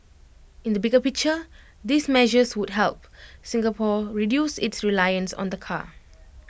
in the bigger picture these measures would help Singapore reduce its reliance on the car